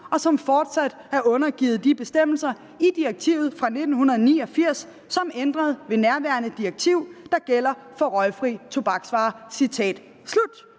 og som fortsat er undergivet de bestemmelser i direktiv 89/622/EØF, som ændret ved nærværende direktiv, der gælder for røgfrie tobaksvarer«. Altså,